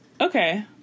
Okay